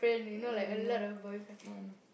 uh no no no